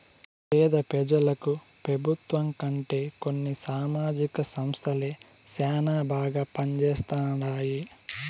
పేద పెజలకు పెబుత్వం కంటే కొన్ని సామాజిక సంస్థలే శానా బాగా పంజేస్తండాయి